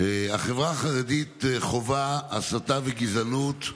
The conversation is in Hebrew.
החברה החרדית חווה הסתה וגזענות,